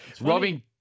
Robin